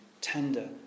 tender